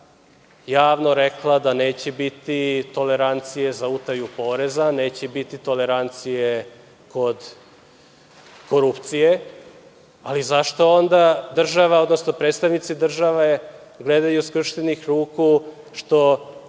javno rekla da neće biti tolerancije za utaju poreza, neće biti tolerancije za kod korupcije, ali zašto onda država, odnosno predstavnici države gledaju skrštenih ruku što